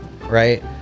right